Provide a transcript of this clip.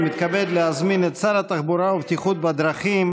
ומתכבד להזמין את שר התחבורה והבטיחות בדרכים,